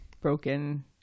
broken